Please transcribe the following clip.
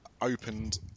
opened